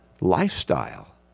lifestyle